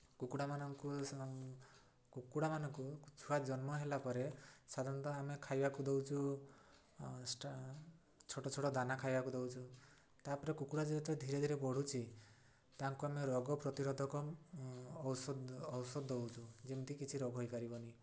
କୁକୁଡ଼ାମାନଙ୍କୁ କୁକୁଡ଼ାମାନଙ୍କୁ ଛୁଆ ଜନ୍ମ ହେଲା ପରେ ସାଧାରଣତଃ ଆମେ ଖାଇବାକୁ ଦେଉଛୁ ଛୋଟ ଛୋଟ ଦାନା ଖାଇବାକୁ ଦେଉଛି ତାପରେ କୁକୁଡ଼ା ଯେହେତୁ ଧୀରେ ଧୀରେ ବଢ଼ୁଛି ତାଙ୍କୁ ଆମେ ରୋଗ ପ୍ରତିରୋଧକ ଔଷଧ ଔଷଧ ଦେଉଛୁ ଯେମିତି କିଛି ରୋଗ ହେଇପାରିବନି